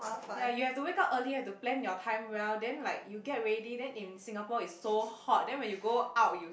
ya you have to wake up earlier have to plan your time well then like you get ready then in Singapore it's so hot then when you go out you